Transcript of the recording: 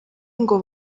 ngo